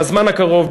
בזמן הקרוב,